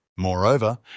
Moreover